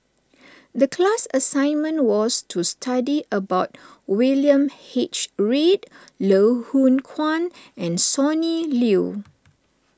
the class assignment was to study about William H Read Loh Hoong Kwan and Sonny Liew